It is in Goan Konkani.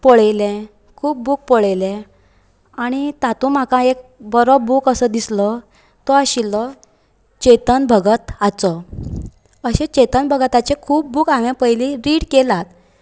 पळयले खूब बूक पळयलें आनी तातूंत म्हाका एक बरो बूक असो दिसलो तो आशिल्लो चेतन भगत हाचो अशें चेतन भगताचे खूब बूक हांवें पयली रिड केल्यात